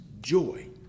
joy